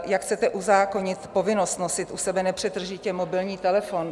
Jak chcete uzákonit povinnost nosit u sebe nepřetržitě mobilní telefon?